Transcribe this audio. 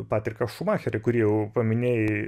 patriką šumacherį kurį jau paminėjai